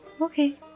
Okay